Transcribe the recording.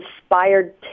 inspired